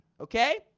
okay